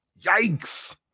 Yikes